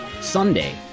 Sunday